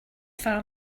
farm